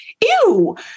ew